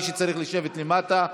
ומי שצריך, שישב למטה.